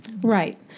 Right